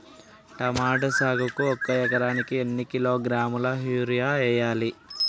Tomato సాగుకు ఒక ఎకరానికి ఎన్ని కిలోగ్రాముల యూరియా వెయ్యాలి?